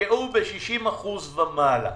שנפגעו ב-60% ומעלה.